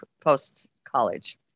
post-college